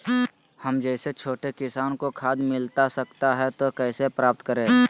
हम जैसे छोटे किसान को खाद मिलता सकता है तो कैसे प्राप्त करें?